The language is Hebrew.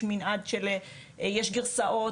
יש מנעד גדול ויש גרסאות.